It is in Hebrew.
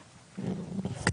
לסיים.